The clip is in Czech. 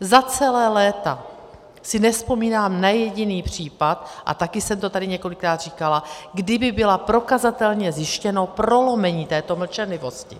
Za celá léta si nevzpomínám na jediný případ, a taky jsem to tady několikrát říkala, kdy by bylo prokazatelně zjištěno prolomení této mlčenlivosti.